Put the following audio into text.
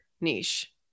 niche